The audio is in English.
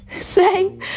Say